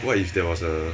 what if there was a